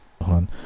on